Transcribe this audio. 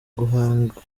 guhanga